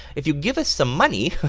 if you give us some money,